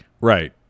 Right